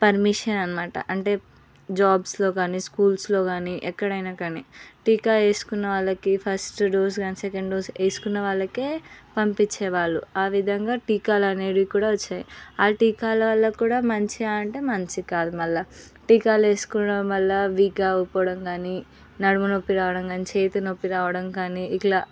permission అన్నమాట అంటే జాబ్స్లో కానీ స్కూల్స్లో కానీ ఎక్కడైనా కానీ టీకా వేసుకున్న వాళ్ళకి ఫస్ట్ డోస్ కానీ సెకండ్ డోస్ వేసుకున్న వాళ్ళకే పంపించేవాళ్ళు ఆ విధంగా టీకాలనేవి కూడా వచ్చాయి ఆ టీకాల వలన కూడా మంచిదా అంటే మంచి కాదు మళ్ళీ టీకాలు వేసుకోవడం వలన వీక్గా అయిపోవడం కానీ నడుము నొప్పి రావడం కానీ చేతి నొప్పి రావడం కానీ ఇలా